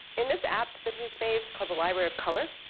in this app that he's made, called the library of color,